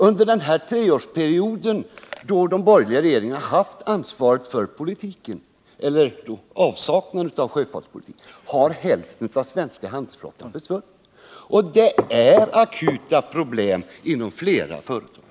Under den treårsperiod som de borgerliga regeringarna har haft ansvaret för politiken eller avsaknaden av sjöfartspolitik har hälften av den svenska handelsflottan försvunnit. Och det föreligger akuta problem inom flera företag.